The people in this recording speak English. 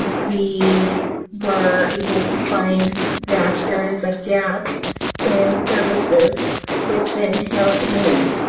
we were able to find that there is a gap in services within health needs.